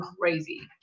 crazy